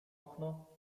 okno